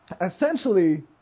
essentially